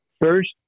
first